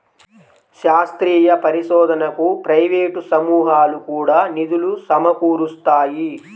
శాస్త్రీయ పరిశోధనకు ప్రైవేట్ సమూహాలు కూడా నిధులు సమకూరుస్తాయి